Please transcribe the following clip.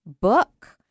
book